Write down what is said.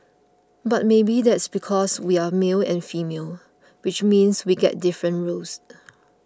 but maybe that's because we're male and female which means we get different roles